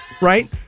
Right